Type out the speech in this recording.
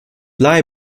lie